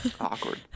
Awkward